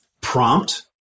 prompt